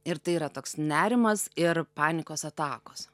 ir tai yra toks nerimas ir panikos atakos